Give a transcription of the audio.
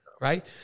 right